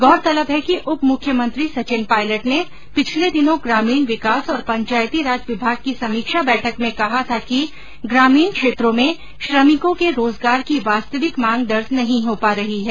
गौरतलब है कि उपमुख्यमंत्री सचिन पायलट ने पिछले दिनों ग्रामीण विकास और पंचायतीराज विभाग की समीक्षा बैठक में कहा था कि ग्रामीण क्षेत्रों में श्रमिकों के रोजगार की वास्तविक मांग दर्ज नहीं हो पा रही है